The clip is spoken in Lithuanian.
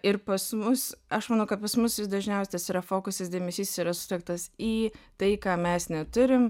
ir pas mus aš manau kad pas mus vis dažniausias yra fokusas dėmesys yra sutelktas į tai ką mes neturim